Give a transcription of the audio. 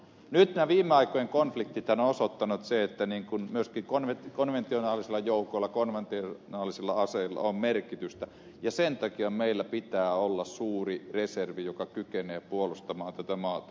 nythän viime aikojen konfliktit ovat osoittaneet sen että myöskin konventionaalisilla joukoilla konventionaalisilla aseilla on merkitystä ja sen takia meillä pitää olla suuri reservi joka kykenee puolustamaan tätä maata